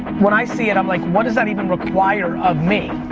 when i see it, i'm like what does that even require of me?